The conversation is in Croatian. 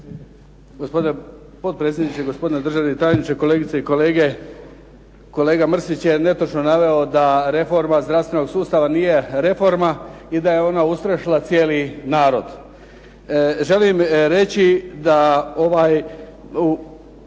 Gospodine potpredsjedniče, gospodine državni tajniče, kolegice i kolege. Kolega Mrsić je netočno naveo da reforma zdravstvenog sustava nije reforma i da je ona ustrašila cijeli narod. Želim reći da